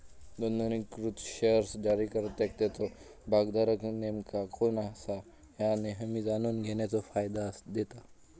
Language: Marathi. नोंदणीकृत शेअर्स जारीकर्त्याक त्याचो भागधारक नेमका कोण असा ह्या नेहमी जाणून घेण्याचो फायदा देता